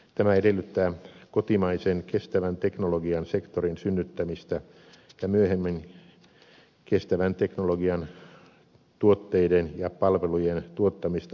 tämä edellyttää kotimaisen kestävän teknologian sektorin synnyttämistä ja myöhemmin kestävän teknologian tuotteiden ja palvelujen tuottamista maailmanmarkkinoille